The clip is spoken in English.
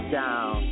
down